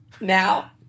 now